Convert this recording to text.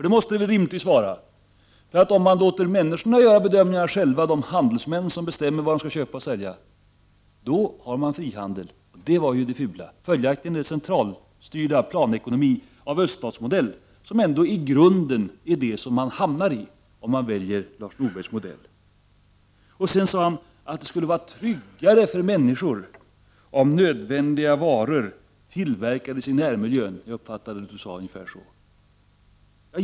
Det måste det rimligtvis vara, för om man låter människorna själva göra bedömningen och låter handelsmännen själva bestämma vad de skall köpa och sälja, då har man frihandel, och det var ju det fula. Följaktligen är det den centralstyrda planekonomin av öststatsmodell som i grunden är den modell som man hamnar i, om man väljer Lars Norbergs väg. Sedan sade han att det skulle vara tryggare för människor om nödvändiga varor tillverkades i närmiljön — jag uppfattade det ungefär så.